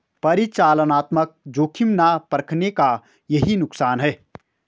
परिचालनात्मक जोखिम ना परखने का यही नुकसान है